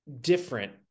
different